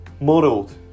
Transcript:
modeled